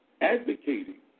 advocating